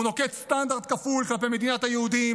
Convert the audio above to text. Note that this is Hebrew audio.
הוא נוקט סטנדרט כפול כלפי מדינת היהודים